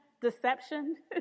deception